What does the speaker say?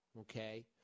okay